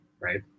right